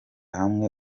hamwe